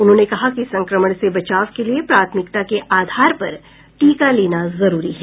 उन्होंने कहा कि संक्रमण से बचाव के लिए प्राथमिकता के आधार पर टीका लेना जरूरी है